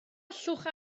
allwch